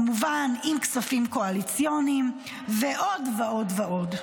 כמובן עם כספים קואליציוניים ועוד ועוד ועוד.